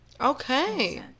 okay